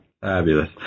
Fabulous